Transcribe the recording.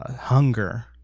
hunger